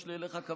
יש לי כבוד אליך,